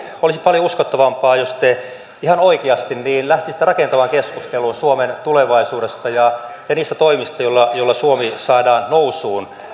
olisi paljon uskottavampaa jos te ihan oikeasti lähtisitte rakentavaan keskusteluun suomen tulevaisuudesta ja niistä toimista joilla suomi saadaan nousuun